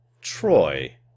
Troy